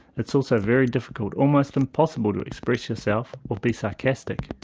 it's also very difficult, almost impossible to express yourself or be sarcastic.